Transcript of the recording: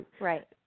Right